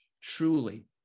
truly